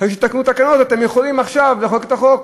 אחרי שתתקנו תקנות אתם יכולים לחוקק את החוק.